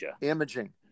imaging